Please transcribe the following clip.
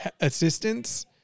assistance